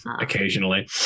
Occasionally